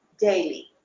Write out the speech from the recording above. daily